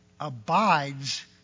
abides